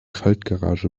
faltgarage